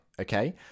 okay